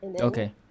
Okay